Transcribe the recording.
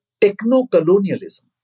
techno-colonialism